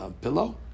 pillow